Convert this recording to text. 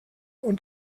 und